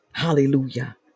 Hallelujah